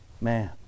Man